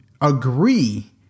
agree